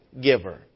giver